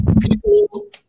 people